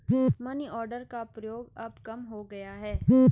money order का प्रयोग अब कम हो गया है